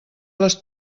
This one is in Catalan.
les